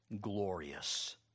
glorious